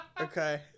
Okay